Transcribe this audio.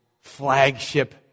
flagship